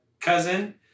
cousin